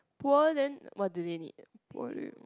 poor then what do they need